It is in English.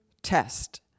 test